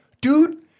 dude